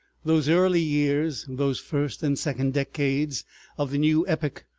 those early years, those first and second decades of the new epoch,